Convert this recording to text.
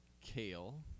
kale